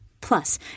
Plus